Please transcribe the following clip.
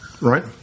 right